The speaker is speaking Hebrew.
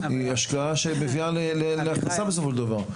היא השקעה שמביאה להכנסה בסופו של דבר.